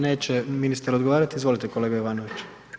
Neće ministar odgovarati, izvolite, kolega Jovanović.